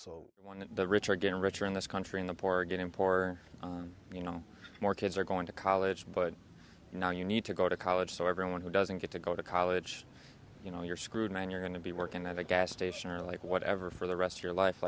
that the rich are getting richer in this country in the poor getting poorer you know more kids are going to college but you know you need to go to college so everyone who doesn't get to go to college you know you're screwed when you're going to be working at a gas station or like whatever for the rest of your life